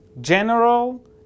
General